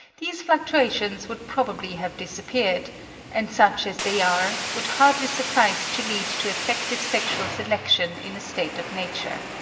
these fluctuations would probably have disappeared and such as they are, would hardly suffice to lead to effective sexual selection in a state of nature.